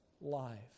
life